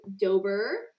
Dober